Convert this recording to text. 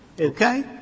Okay